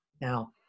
now